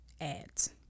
ads